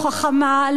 לא מוסרית,